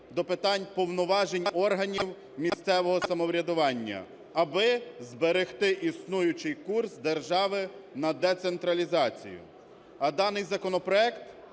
до питань повноважень органів місцевого самоврядування, аби зберегти існуючий курс держави на децентралізацію. А даний законопроект,